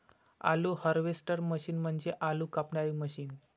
आलू harvester machine म्हणजे आलू कापणारी मशीन